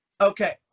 Okay